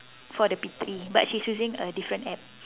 for the P three but she's using a different App